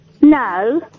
No